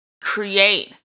create